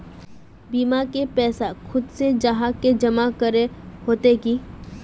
बीमा के पैसा खुद से जाहा के जमा करे होते की?